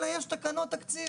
אלא יש תקנות תקציב,